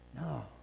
No